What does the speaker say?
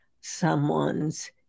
someone's